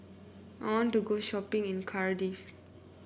I want to go shopping in Cardiff